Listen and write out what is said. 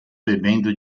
bebendo